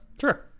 sure